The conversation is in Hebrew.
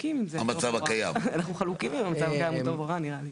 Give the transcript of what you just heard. נראה לי שאנחנו חלוקים האם המצב הקיים הוא טוב או רע.